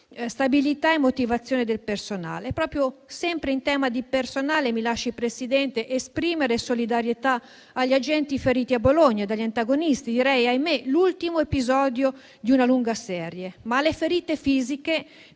stabilità e motivazione del personale.